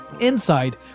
Inside